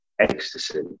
ecstasy